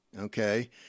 Okay